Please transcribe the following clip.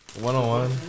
one-on-one